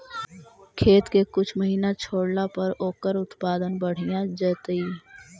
खेत के कुछ महिना छोड़ला पर ओकर उत्पादन बढ़िया जैतइ?